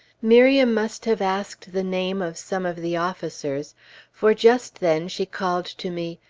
miriam must have asked the name of some of the officers for just then she called to me,